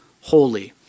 holy